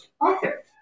author